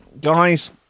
Guys